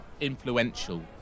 influential